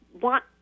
want